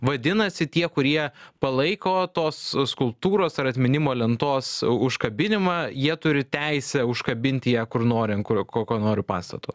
vadinasi tie kurie palaiko tos skulptūros ar atminimo lentos užkabinimą jie turi teisę užkabinti ją kur nori ant kurio ko kokio nori pastato